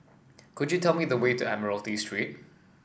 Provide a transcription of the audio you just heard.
could you tell me the way to Admiralty Street